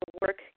work